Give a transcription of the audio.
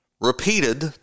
repeated